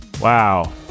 Wow